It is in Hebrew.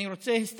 אני רוצה הסתייגות: